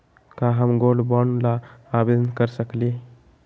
का हम gold bond ल आवेदन कर सकली?